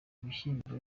ibishyimbo